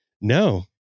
No